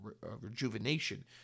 rejuvenation